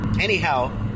Anyhow